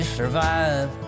survive